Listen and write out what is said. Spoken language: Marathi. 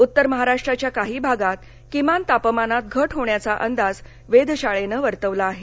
उत्तर महाराष्ट्राच्या काही भागात किमान तापमानात घट होण्याचा अंदाज वेधशाळेनं वर्तवला आहे